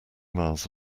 miles